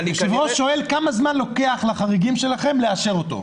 היושב-ראש שואל כמה זמן לוקח לחריגים שלכם לאשר אותו?